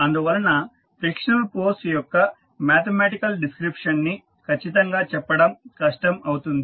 అందువలన frictional force యొక్క mathematical description ని ఖచ్చితం గా చెప్పడం కష్టం అవుతుంది